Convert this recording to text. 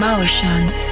Emotions